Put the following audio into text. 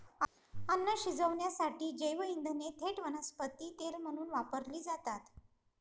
अन्न शिजवण्यासाठी जैवइंधने थेट वनस्पती तेल म्हणून वापरली जातात